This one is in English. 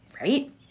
right